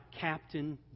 Captain